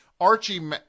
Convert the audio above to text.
Archie